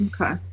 Okay